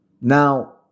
Now